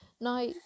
Now